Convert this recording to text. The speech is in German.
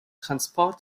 transport